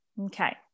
Okay